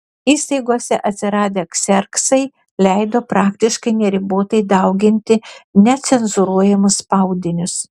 įstaigose atsiradę kserksai leido praktiškai neribotai dauginti necenzūruojamus spaudinius